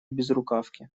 безрукавке